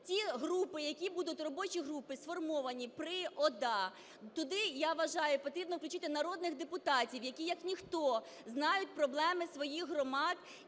ті групи, які будуть робочі групи сформовані при ОДА, туди, я вважаю, потрібно включити народних депутатів, які як ніхто знають проблеми своїх громад